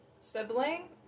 sibling